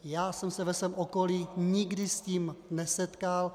Já jsem se ve svém okolí nikdy s tím nesetkal.